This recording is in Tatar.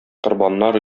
корбаннар